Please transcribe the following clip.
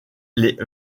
les